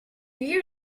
you